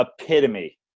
epitome